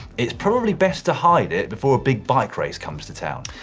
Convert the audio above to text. it's probably best to hide it before a big bike race comes to town.